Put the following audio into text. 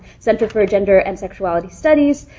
center for gender and sexuality studies,